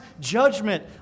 judgment